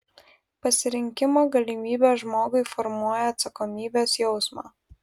pasirinkimo galimybė žmogui formuoja atsakomybės jausmą